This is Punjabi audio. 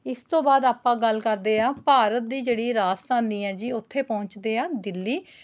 ਇਸ ਤੋਂ ਬਾਅਦ ਆਪਾਂ ਗੱਲ ਕਰਦੇ ਆ ਭਾਰਤ ਦੀ ਜਿਹੜੀ ਰਾਜਧਾਨੀ ਆ ਜੀ ਉੱਥੇ ਪਹੁੰਚਦੇ ਆ ਦਿੱਲੀ